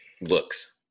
looks